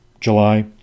July